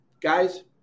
guys